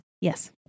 Yes